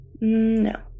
No